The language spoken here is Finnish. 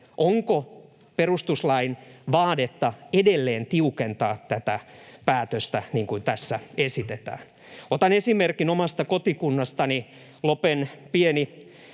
Onko perustuslain vaadetta edelleen tiukentaa tätä päätöstä, niin kuin tässä esitetään? Otan esimerkin omasta kotikunnastani. Lopen pieni